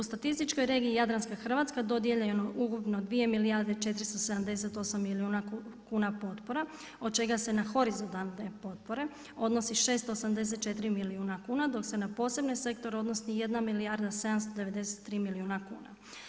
U statističkoj regiji Jadranska Hrvatska dodijeljeno je ukupno 2 milijarde 478 milijuna kuna potpora od čega se na horizontalne potpore odnosi 684 milijuna kuna, dok se na posebne sektore odnosi 1 milijarda 793 milijuna kuna.